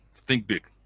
think big.